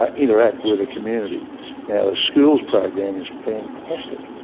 ah interact with the community. the schools program is fantastic.